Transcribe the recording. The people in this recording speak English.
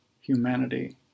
humanity